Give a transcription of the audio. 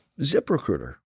ZipRecruiter